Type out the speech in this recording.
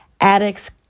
Addicts